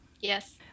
Yes